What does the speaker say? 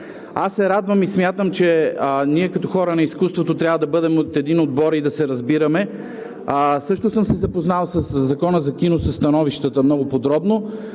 Аз се радвам и смятам, че ние като хора на изкуството трябва да бъдем от един отбор и да се разбираме. Аз също съм се запознал със Закона за кино – със становищата, много подробно.